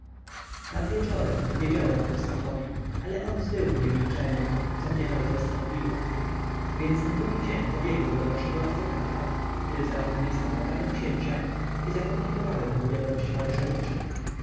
nad wieczorem powiedziałem o tem stachowi ale on zbył mnie milczeniem co mnie nawet zastanowiło więc na drugi dzień pobiegłem do naszego adwokata który zarazem jest adwokatem księcia i zakomunikowałem mu wiadomość